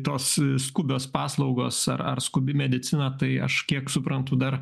tos skubios paslaugos ar ar skubi medicina tai aš kiek suprantu dar